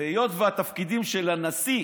והיות שהתפקידים של הנשיא